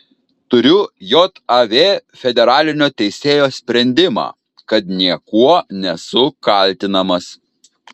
turiu jav federalinio teisėjo sprendimą kad niekuo nesu kaltinamas